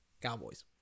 Cowboys